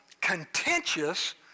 contentious